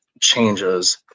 changes